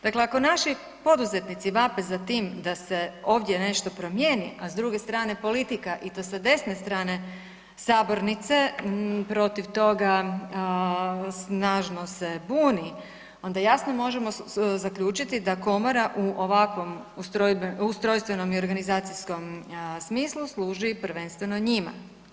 Dakle ako naši poduzetnici vape za tim da se ovdje nešto promijeni, a s druge strane politika i to sa desne strane sabornice protiv toga snažno se buni onda jasno možemo zaključiti da komora u ovakvom ustrojstvenom i organizacijskom smislu služi prvenstveno njima.